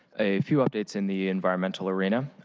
a few updates in the environmental arena.